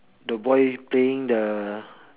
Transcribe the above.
the boy playing the